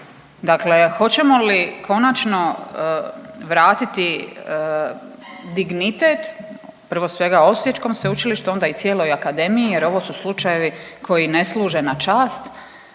Dakle, hoćemo li konačno vratiti dignitet prvo svega Osječkom sveučilištu, a onda i cijeloj akademiji jer ovo su slučajevi koji ne služe na čast